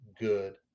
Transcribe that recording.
good